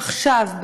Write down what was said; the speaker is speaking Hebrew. עכשיו,